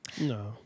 No